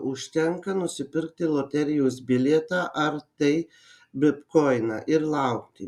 užtenka nusipirkti loterijos bilietą ar tai bitkoiną ir laukti